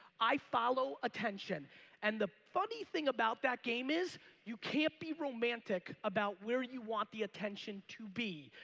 i follow attention and the funny thing about that game is you can't be romantic about where you want the attention to be.